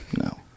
No